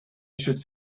should